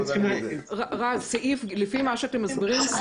לפי מה שאתם מסבירים,